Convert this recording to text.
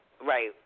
Right